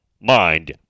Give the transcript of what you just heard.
mind